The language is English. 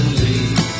leave